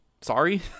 sorry